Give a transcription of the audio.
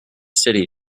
city